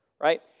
right